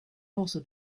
also